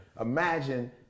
Imagine